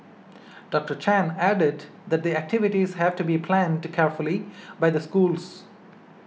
Doctor Chan added that the activities have to be planned carefully by the schools